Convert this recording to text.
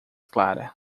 clara